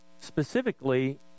specifically